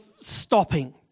stopping